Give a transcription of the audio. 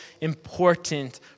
important